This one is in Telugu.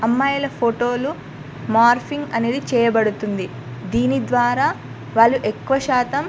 అమ్మాయిల ఫోటోలు మార్ఫింగ్ అనేది చేయబడుతుంది దీని ద్వారా వాళ్ళు ఎక్కువ శాతం